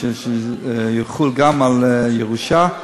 שיחול גם על ירושה,